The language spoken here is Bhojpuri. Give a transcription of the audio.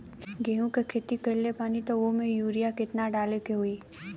गेहूं के खेती कइले बानी त वो में युरिया केतना डाले के होई?